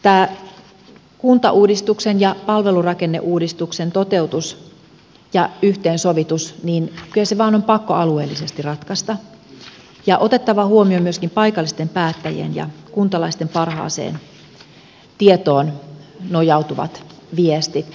tämä kuntauudistuksen ja palvelurakenneuudistuksen toteutus ja yhteensovitus kyllä vain on pakko alueellisesti ratkaista ja on otettava huomioon myöskin paikallisten päättäjien ja kuntalaisten parhaaseen tietoon nojautuvat viestit